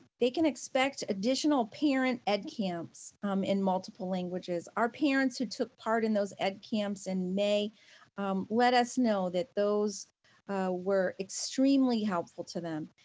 they can expect additional parent edcamps um in multiple languages. our parents who took part in those edcamps in may let us know that those were extremely helpful to them.